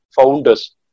founders